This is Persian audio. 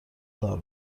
کار